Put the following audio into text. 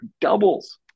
doubles